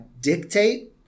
dictate